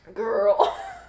Girl